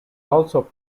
also